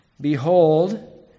Behold